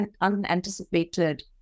unanticipated